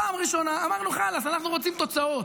פעם ראשונה אמרנו: חאלס, אנחנו רוצים תוצאות.